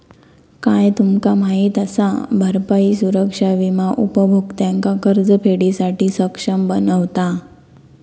काय तुमचा माहित असा? भरपाई सुरक्षा विमा उपभोक्त्यांका कर्जफेडीसाठी सक्षम बनवता